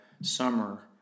summer